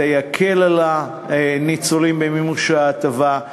זה יקל על הניצולים במימוש ההטבה.